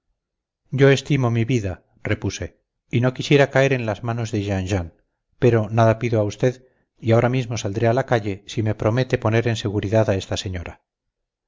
yo estimo mi vida repuse y no quisiera caer en manos de jean jean pero nada pido a usted y ahora mismo saldré a la calle si me promete poner en seguridad a esta señora